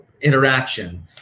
interaction